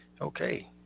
Okay